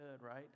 right